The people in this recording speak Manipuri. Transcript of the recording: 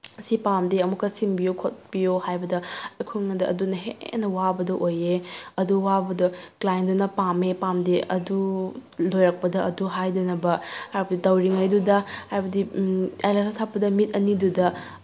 ꯁꯤ ꯄꯥꯝꯗꯦ ꯑꯃꯨꯛꯀ ꯁꯤꯟꯕꯤꯌꯨ ꯈꯣꯠꯄꯤꯌꯣ ꯍꯥꯏꯕꯗ ꯑꯩꯈꯣꯏꯗ ꯑꯗꯨꯅ ꯍꯦꯟꯅ ꯋꯥꯕꯗꯨ ꯑꯣꯏꯑꯦ ꯑꯗꯨ ꯋꯥꯕꯗꯨ ꯀ꯭ꯂꯥꯏꯟꯗꯨꯅ ꯄꯥꯝꯃꯦ ꯄꯥꯝꯗꯦ ꯑꯗꯨ ꯂꯣꯏꯔꯛꯄꯗ ꯑꯗꯨ ꯍꯥꯏꯗꯅꯕ ꯍꯥꯏꯕꯗꯤ ꯇꯧꯔꯤꯉꯩꯗꯨꯗ ꯍꯥꯏꯕꯗꯤ ꯑꯥꯏꯂꯥꯁꯦꯁ ꯍꯥꯞꯄꯗ ꯃꯤꯠ ꯑꯅꯤꯗꯨꯗ